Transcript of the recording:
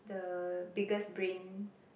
the biggest brain